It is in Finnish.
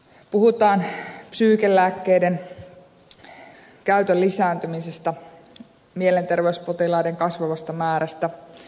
puhutaan psyykenlääkkeiden käytön lisääntymisestä mielenterveyspotilaiden kasvavasta määrästä